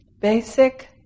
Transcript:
basic